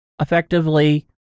effectively